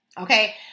Okay